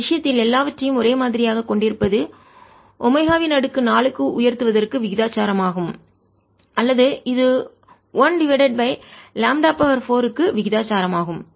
இந்த விஷயத்தில் எல்லாவற்றையும் ஒரே மாதிரியாக கொண்டிருப்பது ஒமேகா 4 க்கு உயர்த்துவதற்கு விகிதாசாரமாகும் அல்லது இது 1 டிவைடட் பை லாம்ப்டா 4 க்கு விகிதாசாரமாகும்